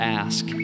ask